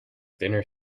dinner